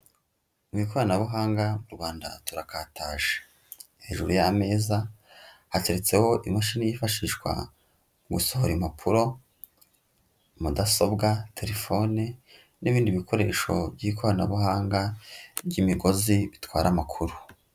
Mu ikoranabuhanga mu Rwanda turakataje, hejuru y'ameza hateretseho imashini yifashishwa gusohora impapuro, mudasobwa, telefone n'ibindi bikoresho by'ikoranabuhanga by'imigozi bitwara amakuru.